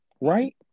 right